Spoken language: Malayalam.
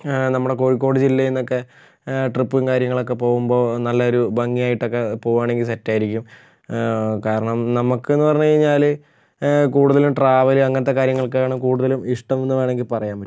നമ്മുടെ കോഴിക്കോട് ജില്ലയിൽ നിന്ന് ഒക്കെ ട്രിപ്പും കാര്യങ്ങളൊക്കെ പോകുമ്പോൾ നല്ല ഒരു ഭംഗി ആയിട്ട് ഒക്കെ പോണെങ്കിൽ സെറ്റ് ആയിരിക്കും കാരണം നമുക്കെന്ന് പറഞ്ഞ് കഴിഞ്ഞാൽ കൂടുതൽ ട്രാവൽ അങ്ങനത്തെ കാര്യങ്ങളൊക്കെ ആണ് കൂടുതലും ഇഷ്ടം എന്ന് വേണമെങ്കിൽ പറയാൻ പറ്റും